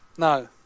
No